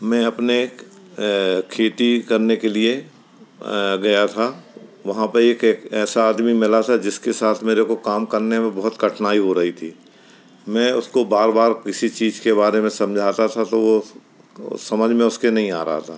मैं अपने एक खेती करने के लिए गया था वहाँ पर एक एक ऐसा आदमी मिला था जिसके साथ मेरे को काम करने में बहुत कठिनाई हो रही थी मैं उसको बार बार किसी चीज़ के बारे में समझाता था तो वह समझ में उसके नहीं आ रहा था